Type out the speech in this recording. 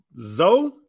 Zoe